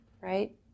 right